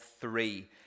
three